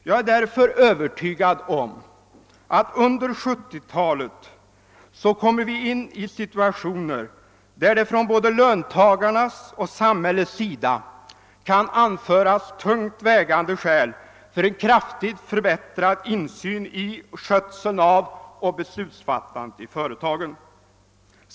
Jag är därför övertygad om att vi under 1970-talet kommer in i situationer där både löntagarna och samhället kan anföra tungt vägande skäl för en kraftigt förbättrad insyn i skötseln av och beslutsfattandet i företagen.